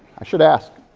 i should ask.